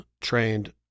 trained